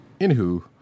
Anywho